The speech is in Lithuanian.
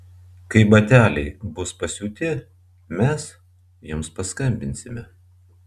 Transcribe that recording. kai bateliai bus pasiūti mes jums paskambinsime